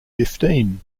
fifteen